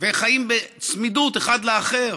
וחיים בצמידות אחד לאחר.